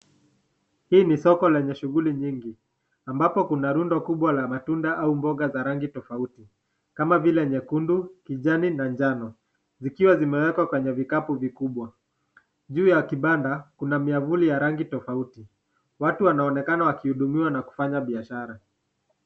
Hii ni soko lenye shughuli nyingi, ambapo kuna rundo la matunda au mboga za rangi tofauti kama nyekundu, kijani na njano. Zikiwa zimewekwa kwenye vikapuu vikubwa, juu ya kibanda, kuna miavuli ya rangi tofauti, watu wanaonekana wakihudumiwa na kufanya biashara.